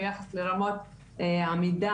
ביחס לרמות עמידה,